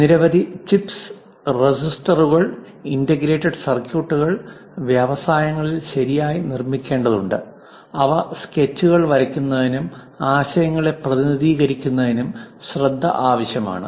നിരവധി ചിപ്സ് റെസിസ്റ്ററുകൾ ഇന്റഗ്രേറ്റഡ് സർക്യൂട്ടുകൾ വ്യവസായങ്ങളിൽ ശരിയായി നിർമ്മിക്കേണ്ടതുണ്ട് അവ സ്കെച്ചുകൾ വരയ്ക്കുന്നതിനും ആശയങ്ങളെ പ്രതിനിധീകരിക്കുന്നതിനും ശ്രദ്ധ ആവശ്യമാണ്